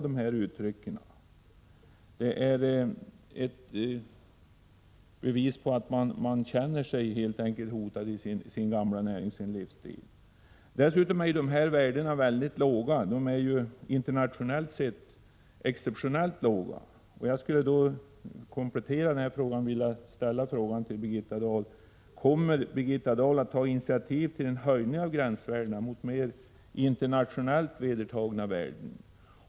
De är bevis på att man känner sin gamla näring och sin livsstil hotade. Dessutom är dessa gränsvärden mycket låga, internationellt sett exceptionellt låga. Jag skulle vilja ställa en kompletterande fråga till Birgitta Dahl: Kommer statsrådet att ta initiativ till en höjning av gränsvärdena mot internationellt vedertagna värden?